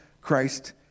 Christ